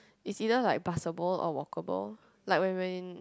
is either like busable or walk able like when when in